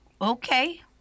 okay